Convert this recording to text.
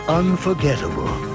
unforgettable